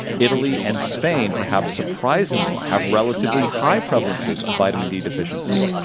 italy and spain, perhaps surprisingly, have relatively high prevalences of vitamin d deficiency.